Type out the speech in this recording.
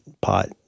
pot